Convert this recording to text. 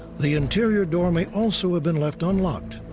the interior door may also have been left unlocked,